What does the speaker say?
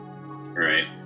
right